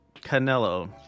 Canelo